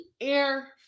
Air